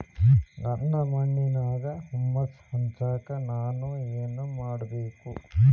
ನನ್ನ ಮಣ್ಣಿನ್ಯಾಗ್ ಹುಮ್ಯೂಸ್ ಹೆಚ್ಚಾಕ್ ನಾನ್ ಏನು ಮಾಡ್ಬೇಕ್?